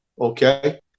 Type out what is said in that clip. okay